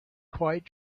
quite